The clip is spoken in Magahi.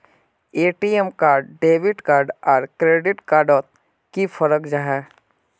ए.टी.एम कार्ड डेबिट कार्ड आर क्रेडिट कार्ड डोट की फरक जाहा?